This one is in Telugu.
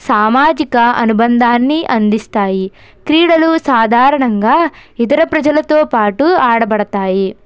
సామాజిక అనుబంధాన్ని అందిస్తాయి క్రీడలు సాధారణంగా ఇతర ప్రజలతో పాటు ఆడబడతాయి